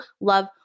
love